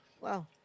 Wow